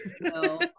no